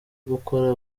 gukora